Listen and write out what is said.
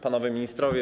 Panowie Ministrowie!